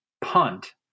punt